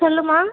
சொல்லும்மா